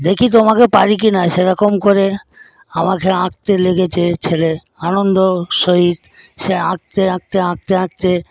দেখি তোমাকে পারি কিনা সেরকম করে আমাকে আঁকতে লেগেছে ছেলে আনন্দ সহিত সে আঁকতে আঁকতে আঁকতে আঁকতে